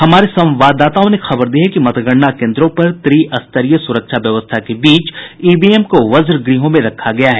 हमारे संवाददाताओं ने खबर दी है कि मतगणना केन्द्रों पर त्रि स्तरीय सुरक्षा व्यवस्था के बीच ईवीएम को वज्रगृहों में रखा गया है